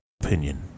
opinion